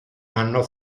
hanno